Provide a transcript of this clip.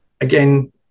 again